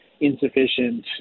insufficient